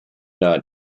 non